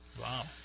Wow